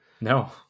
No